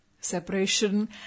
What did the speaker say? separation